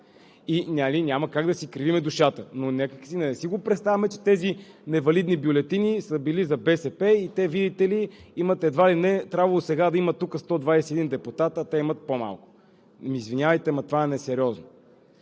Няма как да си кривим душата. Някак си да не си представяме, че тези невалидни бюлетини са били за БСП и те, видите ли, едва ли не сега трябвало да имат 121 депутати, а те имат по-малко?! Извинявайте, но това е несериозно.